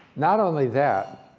not only that,